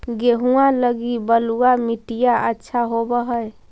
गेहुआ लगी बलुआ मिट्टियां अच्छा होव हैं?